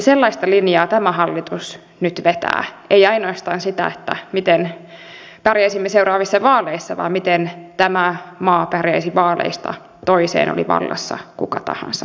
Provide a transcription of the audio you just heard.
sellaista linjaa tämä hallitus nyt vetää ei ainoastaan sitä miten pärjäisimme seuraavissa vaaleissa vaan miten tämä maa pärjäisi vaaleista toiseen oli vallassa kuka tahansa